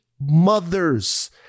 mothers